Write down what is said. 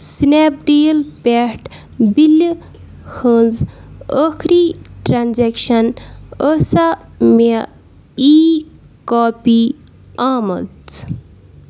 snap deal پٮ۪ٹھ بِلہِ ہٕنٛز ٲخری ٹرٛانزٮ۪کشَن ٲسا مےٚ ای کاپی آمٕژ